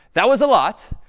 that was a lot.